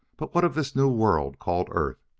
but what of this new world called earth?